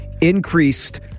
increased